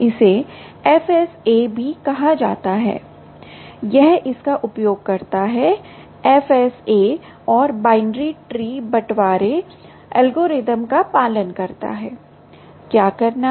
इसे एफएसए भी कहा जाता है यह इसका उपयोग करता है एफएसए और बाइनरी ट्री बंटवारे एल्गोरिदम का पालन करता है क्या करना है